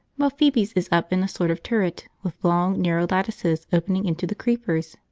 while phoebe's is up in a sort of turret with long, narrow lattices opening into the creepers.